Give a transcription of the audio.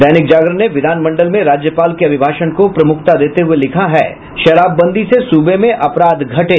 दैनिक जागरण ने विधानमंडल में राज्यपाल के अभिभाषण को प्रमुखता देते हुये लिखा है शराबबंदी से सूबे में अपराध घटे